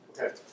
Okay